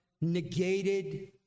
negated